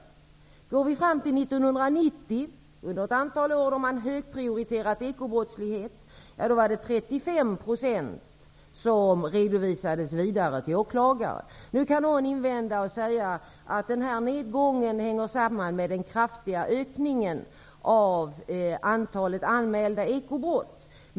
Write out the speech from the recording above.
Om vi går fram till 1990, efter det att man högprioriterat eko-brottslighet under ett antal år, var det 35 % som gick vidare till åklagare. Nu kan någon invända att den här nedgången hänger samman med den kraftiga ökningen av antalet anmälda ekobrott.